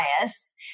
bias